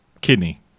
kidney